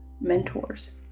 mentors